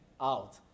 Out